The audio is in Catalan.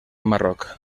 marroc